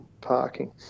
parking